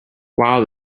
wow